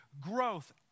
growth